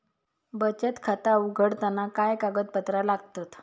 बचत खाता उघडताना काय कागदपत्रा लागतत?